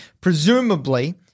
presumably